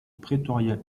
pretoria